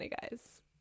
guys